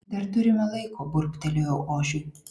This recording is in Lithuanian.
dar turime laiko burbtelėjau ožiui